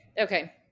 Okay